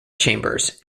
chambers